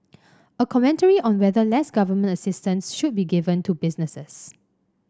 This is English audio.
a commentary on whether less government assistance should be given to businesses